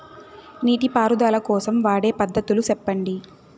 నీటి పారుదల కోసం వాడే పద్ధతులు సెప్పండి?